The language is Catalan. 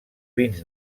vins